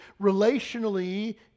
relationally